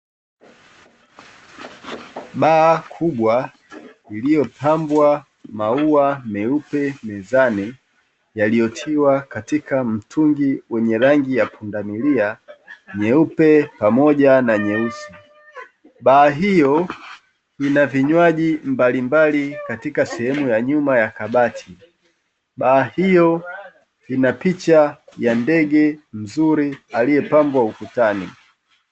Baa kubwa iliyopambwa maua meupe mezani yaliyotiwa katika mtungi wenye rangi ya pundamilia nyeupe pamoja na nyeusi, baa hiyo ina vinywaji mbalimbali katika sehemu ya nyuma ya kabati baa hiyo ina picha ya ndege mzuri aliyepambwa ukutani.